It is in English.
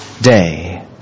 day